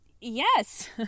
yes